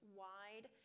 wide